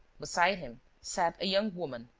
beside him sat a young woman,